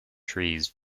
trees